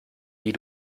wie